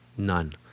None